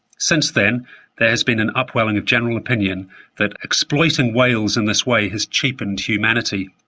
since then there has been an upwelling of general opinion that exploiting whales in this way has cheapened humanity.